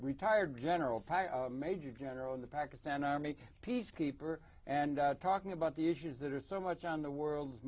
retired general major general in the pakistan army peacekeeper and talking about the issues that are so much on the world